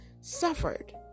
suffered